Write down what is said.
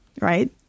Right